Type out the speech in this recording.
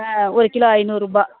ஆ ஒரு கிலோ ஐந்நூறுரூபா